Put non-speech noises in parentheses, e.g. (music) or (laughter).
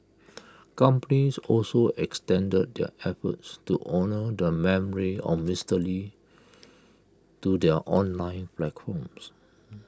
(noise) companies also extended their efforts to honour the memory of Mister lee (noise) to their online (unintelligible)